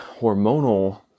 hormonal